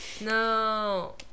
No